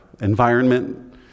environment